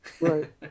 right